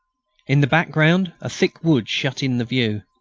in the background a thick wood shut in the view.